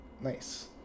nice